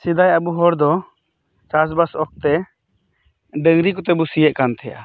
ᱥᱮᱫᱟᱭ ᱟᱵᱚ ᱦᱚᱲ ᱫᱚ ᱪᱟᱥ ᱵᱟᱥ ᱚᱠᱛᱮ ᱰᱟᱹᱝᱨᱤ ᱠᱚᱛᱮ ᱵᱚ ᱥᱤᱭᱮᱫ ᱠᱟᱱ ᱛᱟᱦᱮᱱᱟ